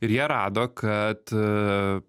ir jie rado kad